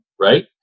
right